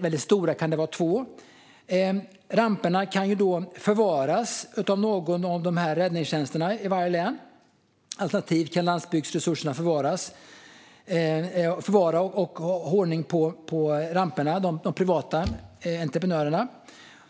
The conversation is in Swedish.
väldigt stora län kan det vara två. Ramperna kan förvaras av någon av räddningstjänsterna i varje län, alternativt kan landsbygdsresurserna, de privata entreprenörerna, förvara och ha ordning på ramperna.